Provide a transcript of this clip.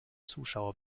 zuschauer